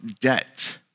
debt